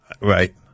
Right